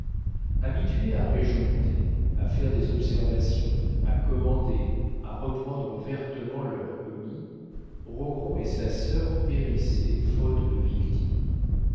habitués à régenter à faire des observations à commander à reprendre vertement leurs commis rogron et sa sœur périssaient faute de victimes